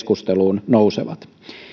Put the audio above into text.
keskusteluun nousevat